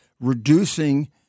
reducing